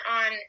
on